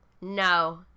No